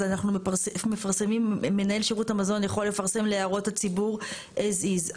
אז אנחנו מפרסמים מנהל שירות המזון יכול לפרסם להערות הציבור as is.